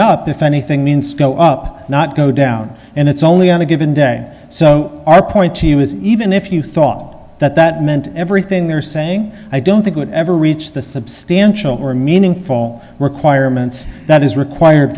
know if anything means go up not go down and it's only on a given day so our point is even if you thought that that meant everything they're saying i don't think would ever reach the substantial or meaningful requirements that is required